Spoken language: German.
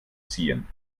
ziehen